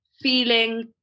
feeling